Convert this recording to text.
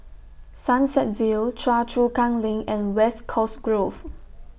Sunset View Choa Chu Kang LINK and West Coast Grove